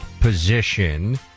position